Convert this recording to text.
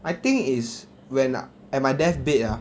I think is when i~ at my death bed ah